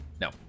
No